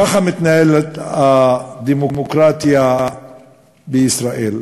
ככה מתנהלת הדמוקרטיה בישראל.